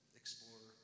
explore